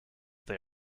they